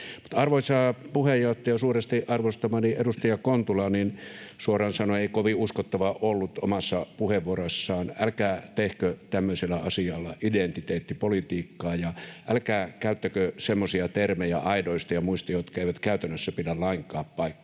arvoisa puheenjohtaja, suuresti arvostamani edustaja Kontula suoraan sanoen ei ollut kovin uskottava omassa puheenvuorossaan. Älkää tehkö tämmöisellä asialla identiteettipolitiikkaa ja älkää käyttäkö semmoisia termejä aidoista ja muista, jotka eivät käytännössä pidä lainkaan paikkaansa.